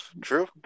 true